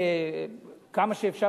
כמה שאפשר,